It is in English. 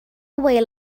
away